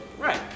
Right